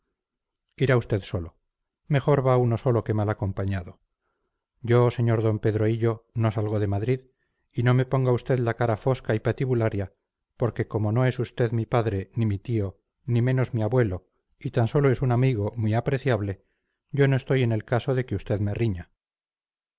irá usted solo mejor va uno solo que mal acompañado yo sr d pedro hillo no salgo de madrid y no me ponga usted la cara fosca y patibularia porque como no es usted mi padre ni mi tío ni menos mi abuelo y tan sólo es un amigo muy apreciable yo no estoy en el caso de que usted me riña